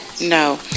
No